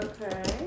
Okay